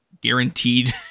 guaranteed